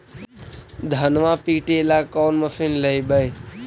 धनमा पिटेला कौन मशीन लैबै?